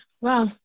Wow